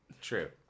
True